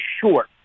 short